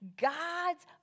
God's